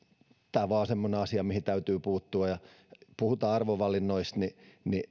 on semmoinen asia mihin täytyy puuttua kun puhutaan arvovalinnoista niin